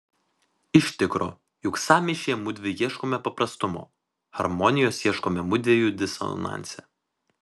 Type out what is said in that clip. iš tikro juk sąmyšyje mudvi ieškome paprastumo harmonijos ieškome mudviejų disonanse